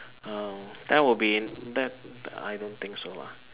um that would be that I don't think so lah